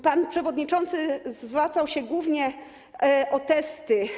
Pan przewodniczący zwracał się głównie o testy.